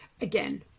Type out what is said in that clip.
again